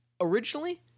originally